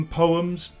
poems